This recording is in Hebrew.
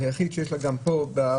היחיד פה בארץ,